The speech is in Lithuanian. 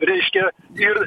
reiškia ir